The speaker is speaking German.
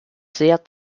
sehr